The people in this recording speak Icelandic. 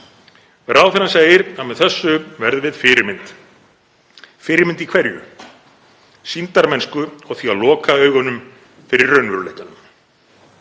Ráðherrann segir að með þessu verðum við fyrirmynd. Fyrirmynd í hverju? Sýndarmennsku og því að loka augunum fyrir raunveruleikanum.